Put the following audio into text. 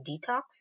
detox